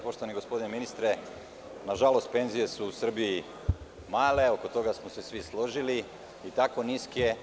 Poštovani gospodine ministre, nažalost, penzije su u Srbiji male, oko toga smo se svi složili, i tako niske.